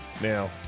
now